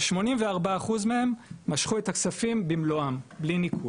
כ- 84% מהם משכו את הכספים במלואם, בלי ניכוי.